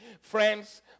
friends